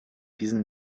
diesen